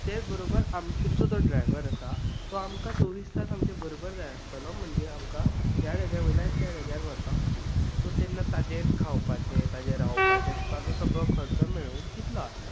तेच बरोबर आम तुमचो जो ड्रायव्हर आसा तो आमकां चोवीस तास आमचे बरोबर जाय आसतलो म्हणजे आमकां ह्या जाग्या वयल्यान त्या जाग्यार व्हरपाक खातीर सो तेन्ना ताजे खावपाचें ताजे रावपाचें ताजो सगळो खर्च मेळून कितलो जातलो